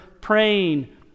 praying